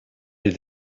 les